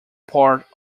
part